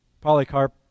Polycarp